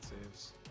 saves